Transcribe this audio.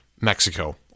Mexico